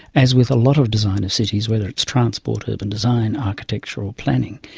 as with a lot of design of cities, whether it's transport urban design, architectural planning,